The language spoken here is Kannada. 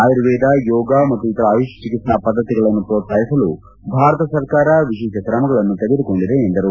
ಆಯುರ್ವೇದ ಯೋಗ ಮತ್ತು ಇತರ ಆಯುಷ್ ಚಿಕಿತ್ಸಾ ಪದ್ದತಿಗಳನ್ನು ಪ್ರೋತ್ಸಾಹಿಸಲು ಭಾರತ ಸರ್ಕಾರ ವಿಶೇಷ ಕ್ರಮಗಳನ್ನು ತೆಗೆದುಕೊಂಡಿದೆ ಎಂದರು